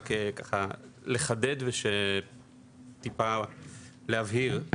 רק לחדד וטיפה להבהיר.